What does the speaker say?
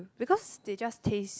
because they just taste